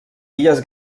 illes